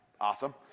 Awesome